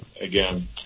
again